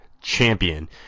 champion